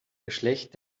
geschlecht